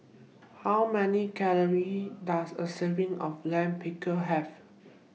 How Many Calories Does A Serving of Lime Pickle Have